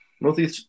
mostly